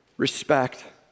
Respect